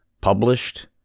Published